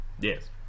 yes